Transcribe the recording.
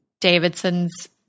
Davidson's